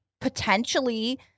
potentially